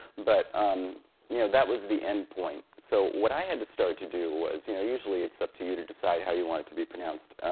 but um you know that was the endpoint. so what i had to start to do was you know usually it's up to you to decide how you want it to be pronounced,